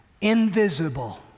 invisible